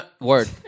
word